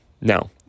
now